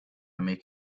make